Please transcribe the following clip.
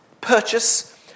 purchase